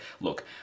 look